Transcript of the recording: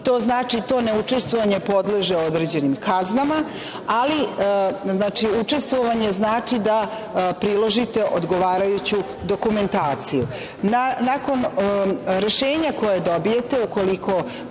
To znači, to ne učestvovanje podleže određenim kaznama, ali učestvovanje znači da priložite odgovarajuću dokumentaciju. Nakon rešenja koje dobijete,